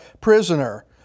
prisoner